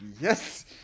Yes